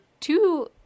Two